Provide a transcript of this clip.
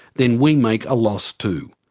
then we make a loss too.